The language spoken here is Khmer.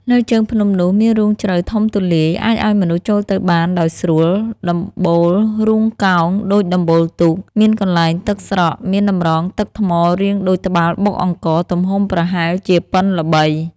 នៅជើងភ្នំនោះ មានរូងជ្រៅធំទូលាយ អាចឱ្យមនុស្សចូលទៅបានដោយស្រួល ដំបូលរូងកោងដូចដំបូលទូក មានកន្លែងទឹកស្រក់មានតម្រងទឹកថ្មរាងដូចត្បាល់បុកអង្ករ ទំហំប្រហែលជាប៉ុនល្បី ។